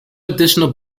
additional